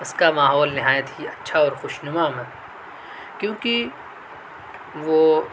اس کا ماحول نہایت ہی اچھا اور خوش نما ہے میں کیونکہ وہ